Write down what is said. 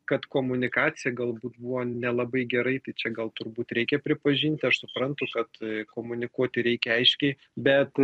kad komunikacija galbūt buvo nelabai gerai tai čia gal turbūt reikia pripažinti aš suprantu kad komunikuoti reikia aiškiai bet